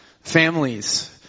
Families